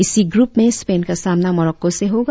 इसी ग्रप में स्पेन का सामना मोरक्को से होगा